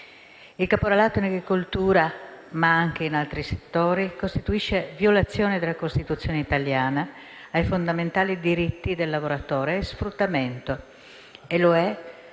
Il caporalato in agricoltura, ma anche in altri settori, costituisce violazione alla Costituzione italiana e ai fondamentali diritti del lavoratore: è sfruttamento, perché